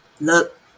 look